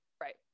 right